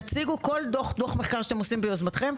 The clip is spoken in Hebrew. תציגו על השולחן כל דוח מחקר שאתם עושים ביוזמתכם.